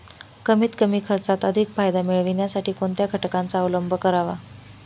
कमीत कमी खर्चात अधिक फायदा मिळविण्यासाठी कोणत्या घटकांचा अवलंब करावा?